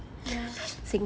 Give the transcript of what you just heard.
ya